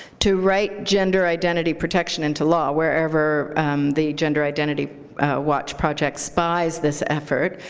to write gender identity protection into law. wherever the gender identity watch project spies this effort,